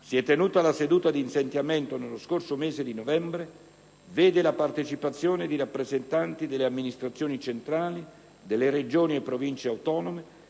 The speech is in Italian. si è tenuta la seduta di insediamento nello scorso mese di novembre, vede la partecipazione di rappresentanti delle amministrazioni centrali, delle Regioni e Provincie autonome,